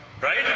right